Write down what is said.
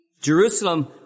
Jerusalem